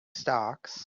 stocks